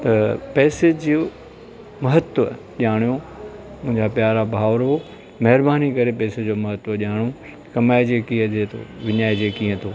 त पैसे जूं महत्व ॼाणो मुंहिंजा प्यारा भाउरो महिरबानी करे पेसे जो महत्व ॼाणो कमाइजे कीअं जे तो विञाइजे कीअं थो